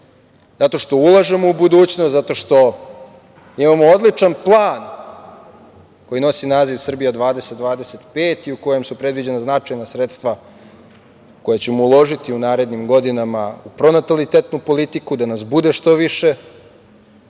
zato što ulažemo u budućnost, zato što imamo odličan plan koji nosi naziv „Srbija 20-25“ i u kojem su predviđena značajna sredstva koja ćemo uložiti u narednim godinama u pronatalitetnu politiku, da nas bude što više,